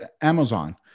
Amazon